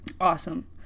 Awesome